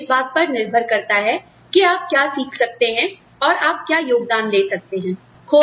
यह सिर्फ इस बात पर निर्भर करता है कि आप क्या सीख सकते हैं और आप क्या योगदान दे सकते हैं